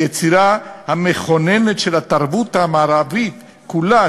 היצירה המכוננת של התרבות המ כולה,